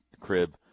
crib